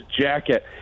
jacket